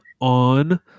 on